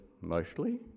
mostly